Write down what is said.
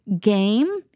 game